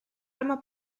arma